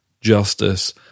justice